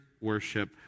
worship